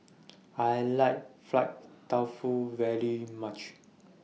I like Fried Tofu very much